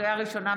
לקריאה ראשונה,